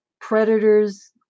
predators